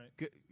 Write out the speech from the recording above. Right